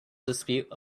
dispute